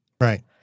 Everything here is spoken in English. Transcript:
Right